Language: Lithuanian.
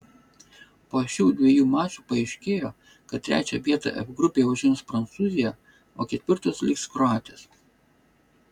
po šių dviejų mačų paaiškėjo kad trečią vietą f grupėje užims prancūzija o ketvirtos liks kroatės